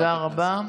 תודה רבה.